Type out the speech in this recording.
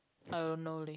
I don't know leh